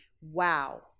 wow